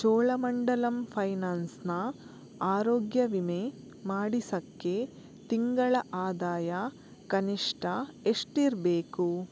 ಚೋಳಮಂಡಲಮ್ ಫೈನಾನ್ಸಿನ ಆರೋಗ್ಯ ವಿಮೆ ಮಾಡಿಸೋಕ್ಕೆ ತಿಂಗಳ ಆದಾಯ ಕನಿಷ್ಠ ಎಷ್ಟಿರಬೇಕು